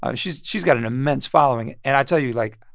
and she's she's got an immense following. and i'll tell you, like,